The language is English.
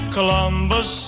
Columbus